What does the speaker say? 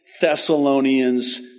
Thessalonians